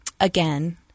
again